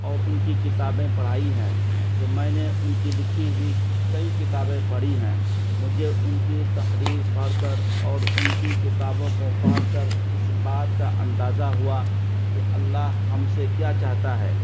اور ان کی کتابیں پڑھائی ہیں تو میں نے ان کی لکھی ہوئی کئی کتابیں پڑھی ہیں مجھے ان کی تحریر پڑھ کر اور ان کی کتابوں کو پڑھ کر اس بات کا اندازہ ہوا کہ اللہ ہم سے کیا چاہتا ہے